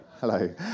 Hello